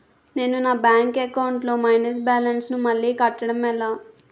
నేను నా bank account లొ మైనస్ బాలన్స్ ను మళ్ళీ కట్టడం ఎలా?